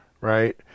right